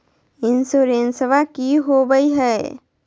इंसोरेंसबा की होंबई हय?